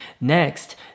Next